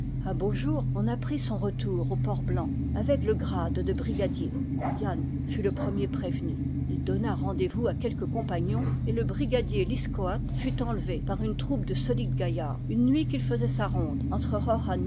un beau jour on apprit son retour au port blanc avec le grade de brigadier yann fut le premier prévenu il donna rendez-vous à quelques compagnons et le brigadier é iscoat fut enlevé par une troupe de solides gaillards une nuit qu'il faisait sa ronde entre